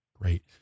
Great